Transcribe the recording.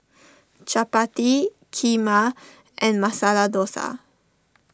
Chapati Kheema and Masala Dosa